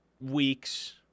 weeks